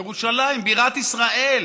ירושלים בירת ישראל.